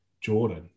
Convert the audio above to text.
Jordan